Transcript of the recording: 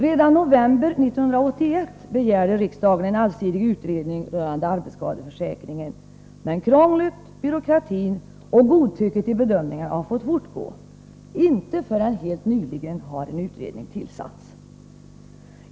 Redan i november 1981 begärde riksdagen en allsidig utredning rörande arbetsskadeförsäkringen, men krånglet, byråkratin och godtycket i bedömningarna har fått fortgå. | Inte förrän helt nyligen har en utredning tillsatts.